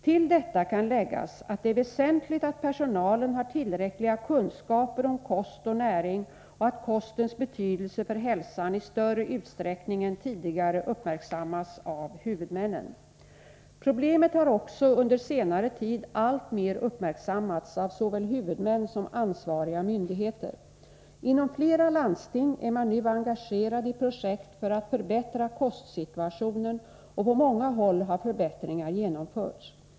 Till detta kan läggas att det är väsentligt att personalen har tillräckliga kunskaper om kost och näring och att kostens betydelse för hälsan i större utsträckning än tidigare uppmärksammas av huvudmännen. Problemet har också under senare tid alltmer uppmärksammats av såväl huvudmän som ansvariga myndigheter. Inom flera landsting är man nu Nr 101 engagerad i projekt för att förbättra kostsituationen, och på många håll har förbättringar genomförts.